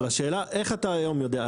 אבל השאלה איך אתה היום יודע,